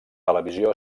televisió